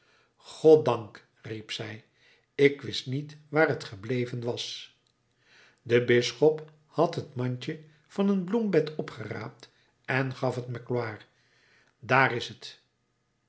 goddank riep zij ik wist niet waar het gebleven was de bisschop had het mandje van een bloembed opgeraapt en gaf het magloire daar is het